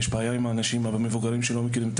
יש בעיה עם האנשים המבוגרים שלא מכירים את